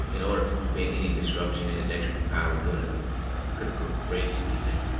um in order to prevent any disruption in electrical power during a critical race event.